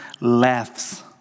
laughs